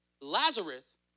Lazarus